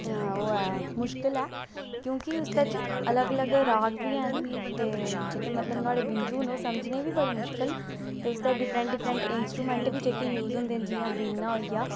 ओह् ऐ मुश्किल ऐ क्योंकि उस बिच अलग अलग राग बी हैन ते जेहके मतलब न्हाड़े बिंदू न ओह् समझने बी बड़े मुश्कल न ते उसदे डिफ्रेंट डिफ्रेंट बी जेहड़े यूज होंदे न जियां वीेआणा होई ग